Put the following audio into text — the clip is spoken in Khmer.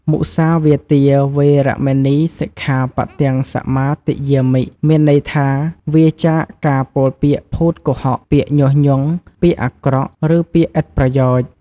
មុសាវាទា វេរមណី សិក្ខាបទំ សមាទិយាមិ មានន័យថាវៀរចាកការពោលពាក្យភូតកុហក ពាក្យញុះញង់ ពាក្យអាក្រក់ ឬពាក្យឥតប្រយោជន៍។